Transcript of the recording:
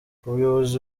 ubuyobozi